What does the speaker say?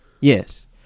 Yes